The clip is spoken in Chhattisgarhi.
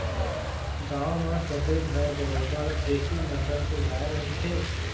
गांव म सबे घर बरोबर देशी नसल के गाय रहिथे